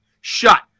Shut